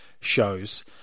shows